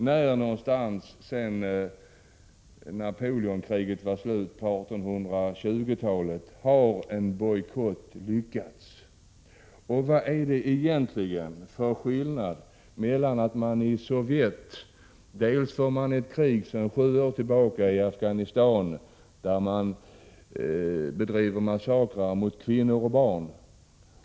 När och var har en bojkott lyckats sedan Napoleonkrigets slut på 1820-talet? Sovjetunionen för krig i Afghanistan sedan sju år tillbaka, ett krig där man utför massakrer mot kvinnor och barn.